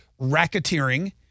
racketeering